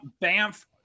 Banff